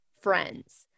friends